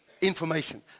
information